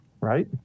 Right